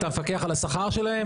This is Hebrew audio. אתה מפקח על השכר שלהם?